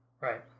Right